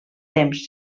temps